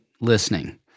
listening